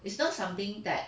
it's not something that